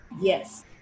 Yes